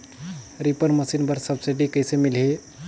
Reaper machine बर subsidy कइसे मिलही?